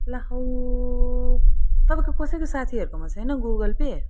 ला हौ तपाईँ कसैको साथीहरूकोमा छैन गुगल पे